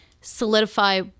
solidify